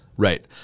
Right